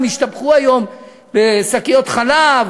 הם השתבחו היום בשקיות חלב,